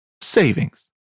savings